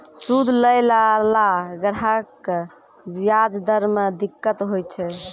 सूद लैय लाला ग्राहक क व्याज दर म दिक्कत होय छै